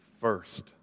first